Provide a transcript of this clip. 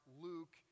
Luke